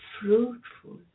fruitful